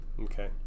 okay